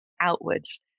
outwards